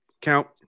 count